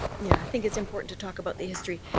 yeah, i think it's important to talk about the history.